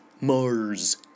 Mars